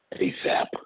ASAP